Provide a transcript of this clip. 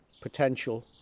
potential